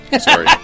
Sorry